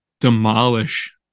demolish